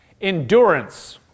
Endurance